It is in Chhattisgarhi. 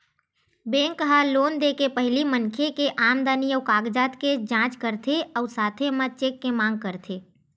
बेंक ह लोन दे के पहिली मनखे के आमदनी अउ कागजात के जाँच करथे अउ साथे म चेक के मांग करथे